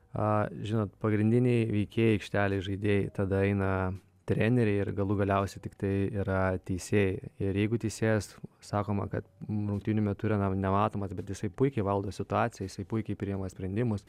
žinot pagrindiniai veikėjai aikštelėj žaidėjai tada eina treneriai ir galų galiausiai tiktai yra teisėjai ir jeigu teisėjas sakoma kad rungtynių metu yra nematomas bet jisai puikiai valdo situaciją jisai puikiai priima sprendimus